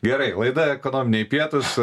gerai laida ekonominiai pietūs